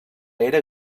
era